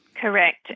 Correct